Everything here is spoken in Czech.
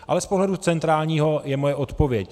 Ale z pohledu centrálního je moje odpověď.